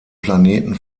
planeten